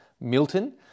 Milton